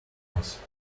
advice